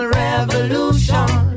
revolution